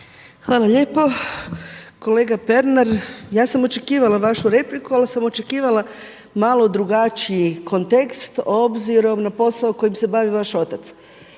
Hvala lijepa. Kolega Pernar, ja sam očekivala vašu repliku ali sam očekivala malo drugačiji kontekst obzirom na posao kojim se bavi vaš otac